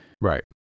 right